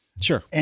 Sure